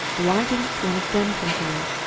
why didn't one of them come here?